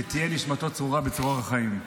ותהיה נשמתו צרורה בצרור החיים.